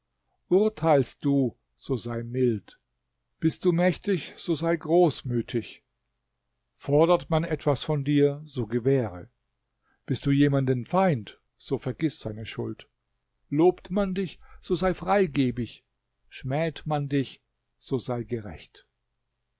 urteilst du so sei mild bist du mächtig so sei großmütig fordert man etwas von dir so gewähre bist du jemanden feind so vergiß seine schuld lobt man dich so sei freigebig schmäht man dich so sei gerecht